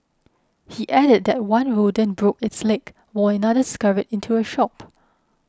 he added that one rodent broke its leg while another scurried into a shop